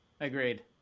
agreed